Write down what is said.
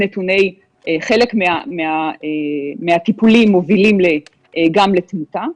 חלק מהטיפולים מובילים גם לתמותה.